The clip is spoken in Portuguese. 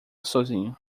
sozinho